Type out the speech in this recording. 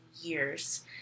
years